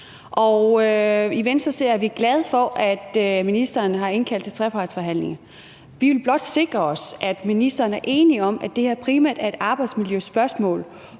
i Venstre er vi glade for, at ministeren har indkaldt til trepartsforhandlinger. Vi vil blot sikre os, at ministeren er enig i, at det her primært er et arbejdsmiljøspørgsmål,